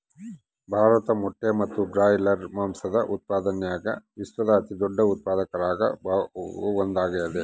ಭಾರತ ಮೊಟ್ಟೆ ಮತ್ತು ಬ್ರಾಯ್ಲರ್ ಮಾಂಸದ ಉತ್ಪಾದನ್ಯಾಗ ವಿಶ್ವದ ಅತಿದೊಡ್ಡ ಉತ್ಪಾದಕರಾಗ ಒಂದಾಗ್ಯಾದ